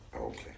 Okay